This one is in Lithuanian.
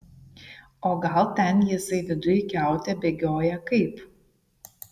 o gal ten jisai viduj kiaute bėgioja kaip